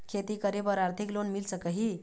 खेती करे बर आरथिक लोन मिल सकही?